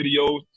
videos